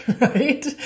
right